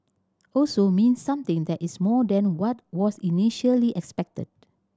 also means something that is more than what was initially expected